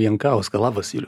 jankauską labas juliau